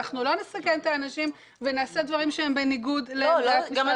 לא נסכן את האנשים ונעשה דברים שהם בניגוד להנחיות.